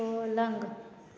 पलंग